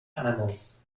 animals